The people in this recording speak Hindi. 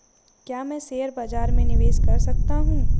क्या मैं शेयर बाज़ार में निवेश कर सकता हूँ?